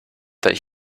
that